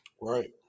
Right